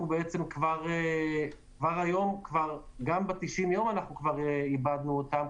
גם ב-90 יום כבר איבדנו אותם,